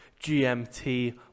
GMT